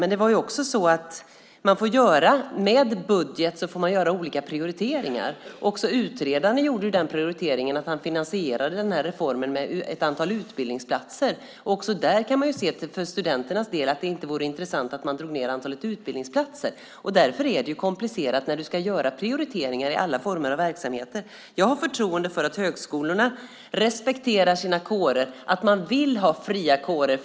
Men när det gäller budget får man göra olika prioriteringar. Också utredaren gjorde den prioriteringen att han finansierade den här reformen med ett antal utbildningsplatser. Också där kan man se att det för studenternas del inte vore intressant att dra ned antalet utbildningsplatser. Därför är det komplicerat när du ska göra prioriteringar i alla former av verksamheter. Jag har förtroende för att högskolorna respekterar sina kårer och att man vill ha fria kårer.